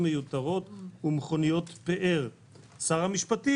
אבל יש פה בוועדה חברים --- זה לא במקום 34,